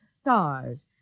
stars